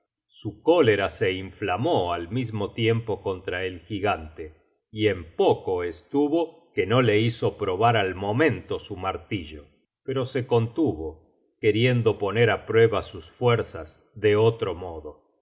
su cólera se inflamó al mismo tiempo contra el gigante y en poco estuvo que no le hizo probar al momento su martillo pero se contuvo queriendo poner á prueba sus fuerzas de otro modo